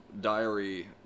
diary